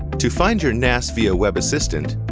to find your nas via web assistant,